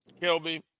Kelby